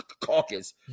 Caucus